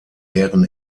deren